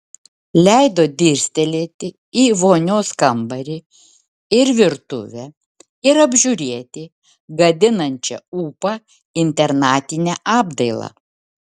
leido dirstelėti į vonios kambarį ir virtuvę ir apžiūrėti gadinančią ūpą internatinę apdailą